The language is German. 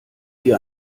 dir